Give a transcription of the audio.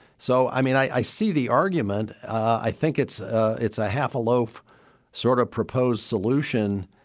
so, i mean, i see the argument. i think it's it's a half a loaf sort of proposed solution.